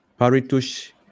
Paritush